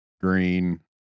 Green